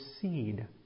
seed